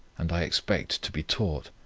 and i expect to be taught,